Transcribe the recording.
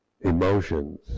Emotions